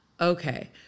Okay